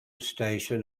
station